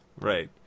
Right